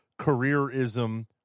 careerism